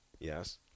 Yes